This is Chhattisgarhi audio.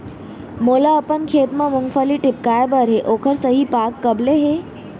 मोला अपन खेत म मूंगफली टिपकाय बर हे ओखर सही पाग कब ले हे?